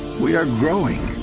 we are growing